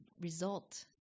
result